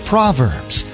Proverbs